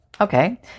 okay